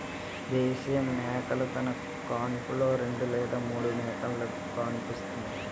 దేశీయ మేకలు తన కాన్పులో రెండు లేదా మూడు మేకపిల్లలుకు కాన్పుస్తుంది